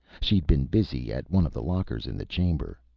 she'd been busy at one of the lockers in the chamber.